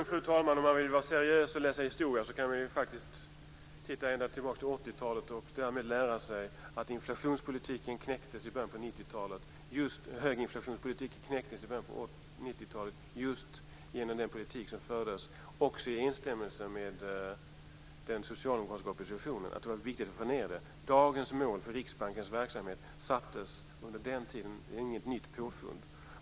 Fru talman! Om man vill vara seriös och läsa historia kan man faktiskt titta ända tillbaka till 80-talet och därmed lära sig att höginflationspolitiken knäcktes i början av 90-talet genom en politik som fördes med instämmande också från den socialdemokratiska oppositionen, eftersom det var så viktigt att få ned inflationen. Dagens mål för Riksbankens verksamhet sattes under den tiden. Det är inget nytt påfund.